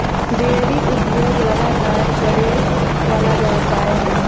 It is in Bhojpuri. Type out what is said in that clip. डेयरी उद्योग लगातार बड़ेवाला व्यवसाय ह